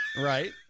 right